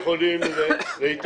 אתם יכולים להתאפק?